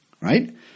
right